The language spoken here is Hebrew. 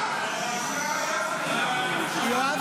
יואב